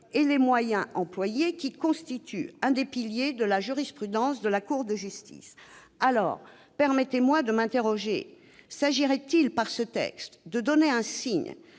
et les moyens employés, qui constitue l'un des piliers de la jurisprudence de la Cour de justice. Permettez-moi de m'interroger : s'agirait-il, par ce texte, de donner un signe,